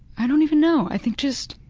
i don't even know. i think just,